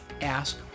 ask